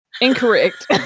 Incorrect